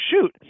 shoot